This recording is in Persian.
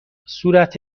صورت